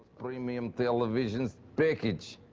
premium televisions breakage